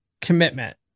commitment